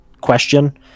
question